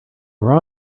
raw